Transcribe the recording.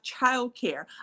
childcare